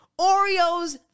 Oreos